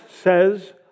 says